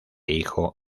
hijo